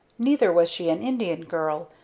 neither was she an indian girl,